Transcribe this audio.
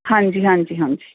ਹਾਂਜੀ ਹਾਂਜੀ ਹਾਂਜੀ